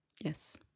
Yes